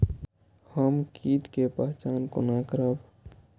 हम कीट के पहचान कोना करब?